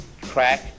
crack